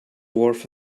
worth